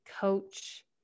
coach